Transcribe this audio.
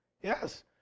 Yes